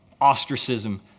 ostracism